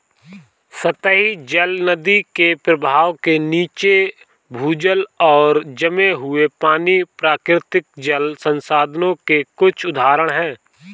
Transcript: सतही जल, नदी के प्रवाह के नीचे, भूजल और जमे हुए पानी, प्राकृतिक जल संसाधनों के कुछ उदाहरण हैं